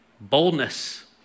boldness